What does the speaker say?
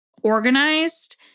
organized